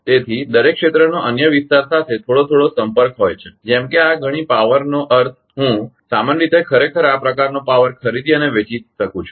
તેથી દરેક ક્ષેત્રનો અન્ય વિસ્તાર સાથે થોડો સંપર્ક હોય છે જેમ કે આ ઘણી પાવરપાવરનો અર્થ હું સામાન્ય રીતે ખરેખર આ પ્રકારનો પાવર ખરીદી અને વેચી શકું છું